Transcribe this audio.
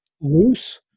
loose